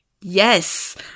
yes